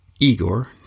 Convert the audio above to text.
Igor